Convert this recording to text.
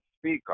speaker